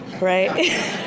Right